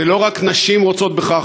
לא רק נשים רוצות בכך,